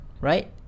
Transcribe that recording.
right